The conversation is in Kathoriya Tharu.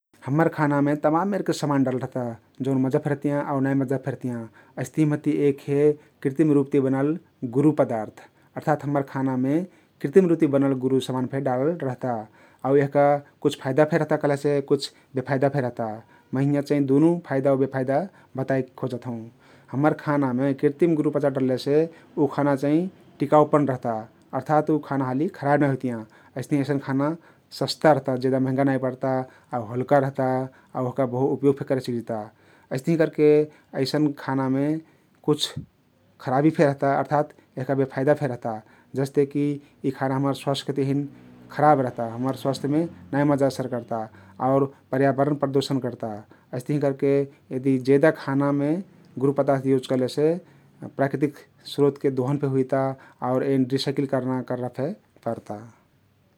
हम्मर खानामे तमाम मेरके समान डरल रहता जउन माजा फे रहतियाँ आउ नाई मजा फे रहतियाँ । अइस्तहिं महति एक हे कृतिम रुपती बनल गुरु पदार्थ अर्थात हम्मर खानामे कृतिम रुपति बनल गुरु समान फे डारल रहता आउ यहका कुछ फइदा फे रहता कहलेसे कुछ बेफइदा फे रहता । मै हिंयाँ चाहिं दुनु फइदा आउ बेफाइदा बताइक खोजत हउँ । हम्मर खानामे कृतिम गुरु पदार्थ डरलेसे उ खाना चाहिं टिकाउपन रहता अर्थात उ खाना हाली खराब नाई हुइतियाँ । अइस्तहिं अइसन खाना सस्ता रहता, जेदा महँगा नाई पर्ता आउ हल्का रहता आउ ओहका बहु उपयोग फे करे सिकजिता । अइस्तहिं करके अइसन खानामे कुछ खराबी फे रहता अर्थात यहका बेफाइदा फे रहता जस्ते कि यी खाना हम्मर स्वास्थ्यके तहिन खराब रहता, हम्मर स्वास्थ्यमे नाई मजा असर कर्ता आउर पर्यावरण प्रदुषण कर्ता । अइस्तहिं करके यदि जेदा खानामे गुरु पदार्थ युज करलेसे प्रकृतिक स्रोतके दोहन फे हुइता आउ एन रिसाइक्लिङ्ग कर्ना कर्रा फे पर्ता ।